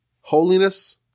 Holiness